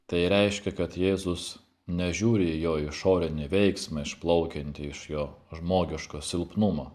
tai reiškia kad jėzus nežiūri į jo išorinį veiksmą išplaukiantį iš jo žmogiško silpnumo